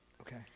Okay